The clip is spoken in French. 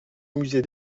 musée